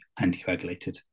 anticoagulated